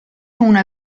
una